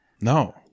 no